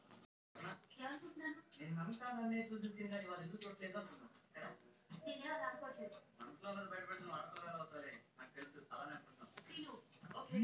ఎన్ని రకాలు ఆవులు వున్నాయి పరిశ్రమలు ఉండాయా?